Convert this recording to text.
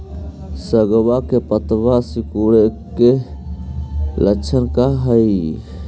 सगवा के पत्तवा सिकुड़े के लक्षण का हाई?